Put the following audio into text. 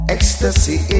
Ecstasy